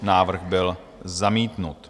Návrh byl zamítnut.